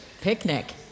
picnic